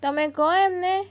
તમે કહો એમને